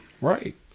Right